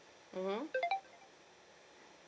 mmhmm